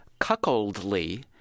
cuckoldly